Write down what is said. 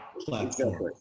platform